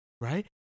Right